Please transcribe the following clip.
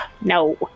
no